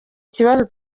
ikibazo